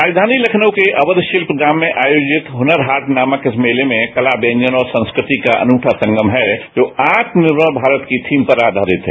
राजधानी लखनऊ के अवध शिल्पग्राम में आयोजित हुनर हाट नामक इस मेले में कता व्यंजन और संस्कृति का अनूठा संगम है जो आत्मनिर्मर भारत की थीम पर आधारित है